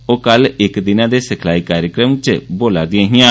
ओह् कल इक दिनें दे सिखलाई कार्यक्रम च बोला'रदियां हिआं